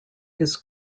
his